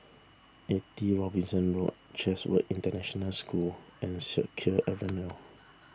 eighty Robinson Road Chatsworth International School and Siak Kew Avenue